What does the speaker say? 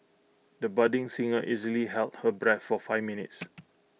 the budding singer easily held her breath for five minutes